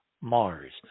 Mars